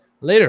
later